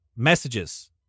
messages